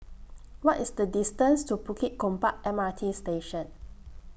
What IS The distance to Bukit Gombak M R T Station